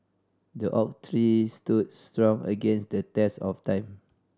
the oak tree stood strong against the test of time